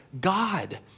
God